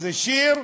זה שיר,